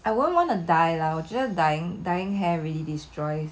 I won't want to dye lah 我觉得 dyeing dyeing hair really destroy